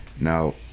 Now